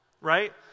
Right